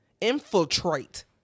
infiltrate